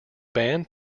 band